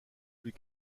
plus